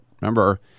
remember